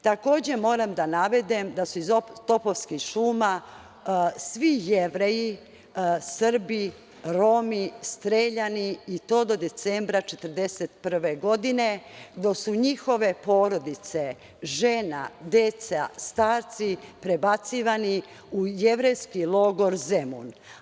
Takođe, moram da navedem da su iz Topovskih šuma svi Jevreji, Srbi, Romi streljani i to do decembra 1941. godine, dok su njihove porodice, žene, deca, starci prebacivani u jevrejski logor Zemun.